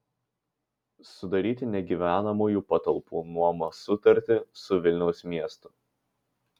sudaryti negyvenamųjų patalpų nuomos sutartį su vilniaus miestu